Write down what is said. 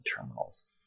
terminals